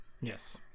yes